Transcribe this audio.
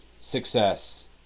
success